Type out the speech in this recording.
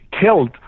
killed